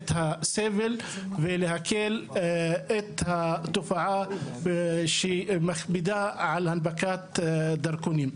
הסבל ולהקל על התופעה שמכבידה על הנפקת דרכונים?